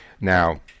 Now